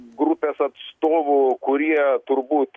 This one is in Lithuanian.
grupės atstovų kurie turbūt